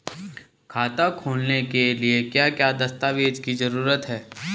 खाता खोलने के लिए क्या क्या दस्तावेज़ की जरूरत है?